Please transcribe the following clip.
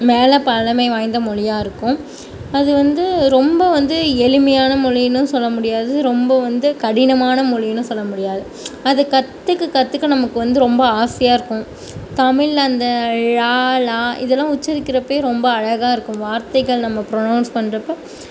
மேலே பழமை வாய்ந்த மொழியா இருக்கும் அது வந்து ரொம்ப வந்து எளிமையான மொழின்னு சொல்ல முடியாது ரொம்ப வந்து கடினமான மொழின்னு சொல்ல முடியாது அது கற்றுக்க கற்றுக்க நமக்கு வந்து ரொம்ப ஆசையாக இருக்கும் தமிழில் அந்த ழ ல இதெல்லா உச்சரிக்கரிப்பையே ரொம்ப அழகாக இருக்கும் வார்த்தைகள் நம்ம ப்ரொனவுன்ஸ் பண்ணுறப்ப